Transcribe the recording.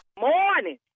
morning